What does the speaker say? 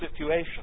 situation